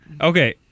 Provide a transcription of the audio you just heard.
Okay